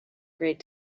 great